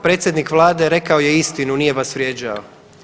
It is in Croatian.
Predsjednik Vlade rekao je istinu, nije vas vrijeđao.